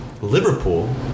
Liverpool